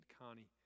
Connie